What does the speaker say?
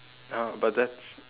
!huh! but that's